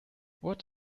what